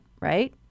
right